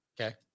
Okay